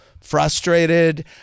frustrated